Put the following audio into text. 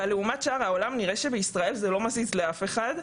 אבל לעומת שאר העולם זה נראה שבישראל זה לא מזיז לאף אחד,